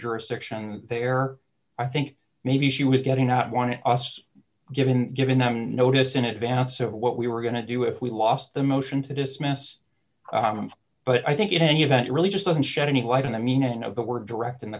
jurisdiction there i think maybe she was getting out wanted us given given notice in advance of what we were going to do if we lost the motion to dismiss them but i think in any event it really just doesn't shed any light on the meaning of the word direct in the